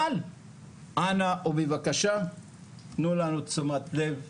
אבל בבקשה תנו לנו תשומת לב.